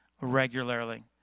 regularly